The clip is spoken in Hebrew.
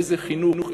איזה חינוך,